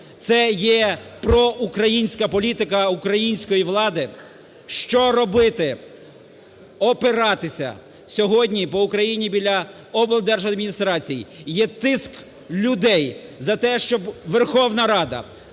Це є проукраїнська політика української влади? Що робити? Опиратися. Сьогодні по Україні біля облдержадміністрацій є тиск людей за те, щоб Верховна Рада